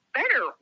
better